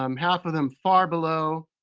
um half of them far below.